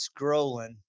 scrolling